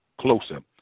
closer